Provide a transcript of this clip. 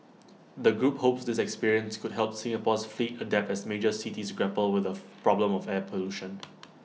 the group hopes this experience could help Singapore's fleet adapt as major cities grapple with the problem of air pollution